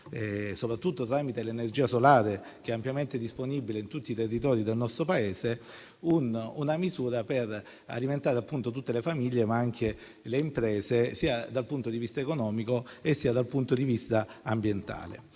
soprattutto mediante l'energia solare, ampiamente disponibile in tutti i territori del nostro Paese, una misura per alimentare tutte le famiglie, ma anche le imprese, dal punto di vista sia economico sia ambientale.